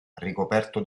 ricoperto